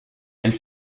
elle